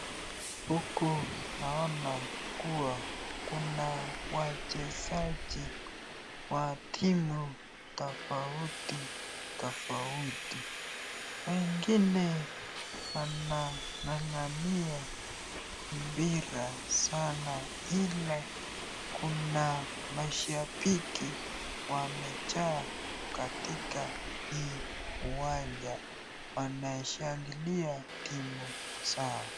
Huku naona kuwa kuna wachezaji wa timu tofauti tofauti. Wengine wanangangania mpira sana ila kuna mashabiki wamejaa katika hii uwanja wanashangilia timu zao.